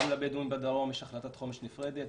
גם לבדואים בדרום יש החלטת חומש נפרדת,